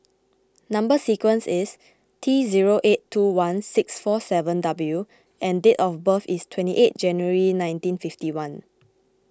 Number Sequence is T zero eight two one six four seven W and date of birth is twenty eight January nineteen fifty one